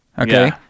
Okay